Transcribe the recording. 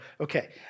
okay